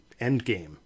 Endgame